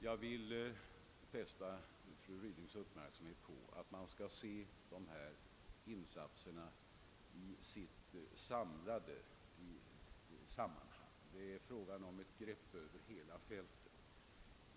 Jag vill fästa fru Rydings uppmärksamhet på att man skall se dessa insatser i hela sitt sammanhang. Det är fråga om ett grepp över hela fältet.